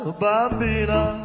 bambina